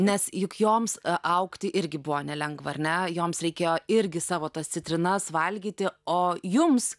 nes juk joms augti irgi buvo nelengva ar ne joms reikėjo irgi savo tas citrinas valgyti o jums